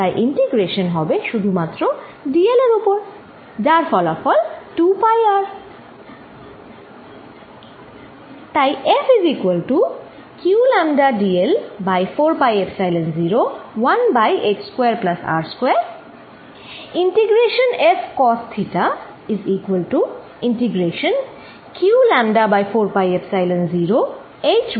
তাই ইন্টিগ্রেশন হবে শুধুমাত্র dl এর উপর যার ফলাফল 2 পাই R